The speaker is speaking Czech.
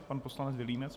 Pan poslanec Vilímec.